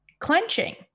clenching